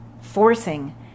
Forcing